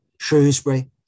Shrewsbury